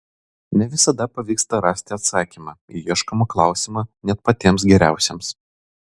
ne visada pavyksta rasti atsakymą į ieškomą klausimą net patiems geriausiems